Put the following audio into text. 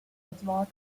edward